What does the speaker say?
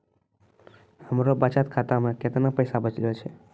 हमरो बचत खाता मे कैतना पैसा बचलो छै?